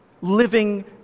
living